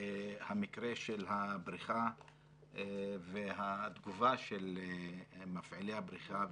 המקרה של הבריכה והתגובה של מפעילי הבריכה,